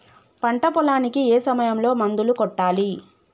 పంట పొలానికి ఏ సమయంలో మందులు కొట్టాలి?